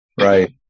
Right